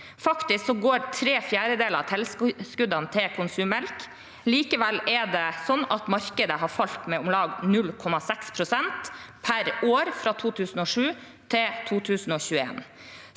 Faktisk går tre fjerdedeler av tilskuddene til konsummelk. Likevel har markedet falt med om lag 0,6 pst. per år fra 2007 til 2021.